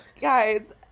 Guys